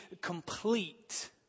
complete